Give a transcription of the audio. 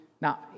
Now